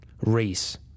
race